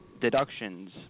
deductions